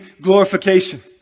glorification